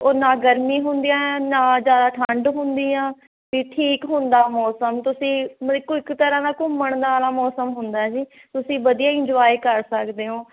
ਉਹ ਨਾ ਗਰਮੀ ਹੁੰਦੀ ਆ ਨਾ ਜ਼ਿਆਦਾ ਠੰਡ ਹੁੰਦੀ ਆ ਅਤੇ ਠੀਕ ਹੁੰਦਾ ਮੌਸਮ ਤੁਸੀਂ ਇੱਕੋਂ ਇਕ ਤਰ੍ਹਾਂ ਨਾਲ ਘੁੰਮਣ ਵਾਲਾ ਮੌਸਮ ਹੁੰਦਾ ਜੀ ਤੁਸੀਂ ਵਧੀਆ ਇੰਜੋਏ ਕਰ ਸਕਦੇ ਹੋ